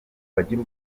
bagira